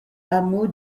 hameau